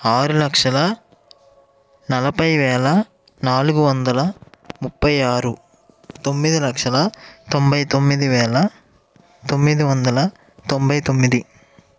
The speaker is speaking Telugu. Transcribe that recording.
ఆరు లక్షల నలభై వేల నాలుగు వందల ముప్ఫై ఆరు తొమ్మిది లక్షల తొంభై తొమ్మిది వేల తొమ్మిది వందల తొంభై తొమ్మిది